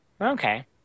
okay